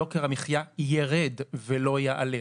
יוקר המחייה ירד ולא יעלה.